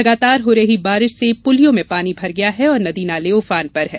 लगातार हो रही बारिश से पुलियों में पानी भरा है और नदी नाले उफान पर हैं